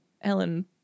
Ellen